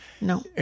no